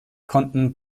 konnten